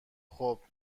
خوبچه